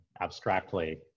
abstractly